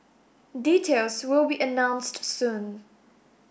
details will be announced soon